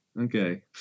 okay